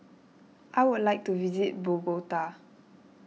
I would like to visit Bogota